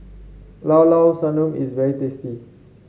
Llao Llao Sanum is very tasty